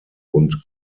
und